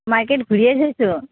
market ঘূৰিয়ে থৈছোঁ